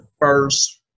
first